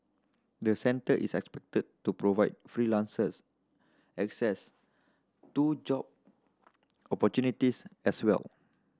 the centre is expected to provide freelancers access to job opportunities as well